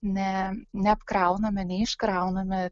ne neapkrauname neiškrauname